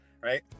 right